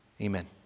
Amen